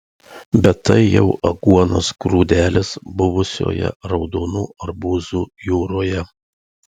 bet tai jau aguonos grūdelis buvusioje raudonų arbūzų jūroje